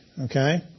Okay